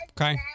Okay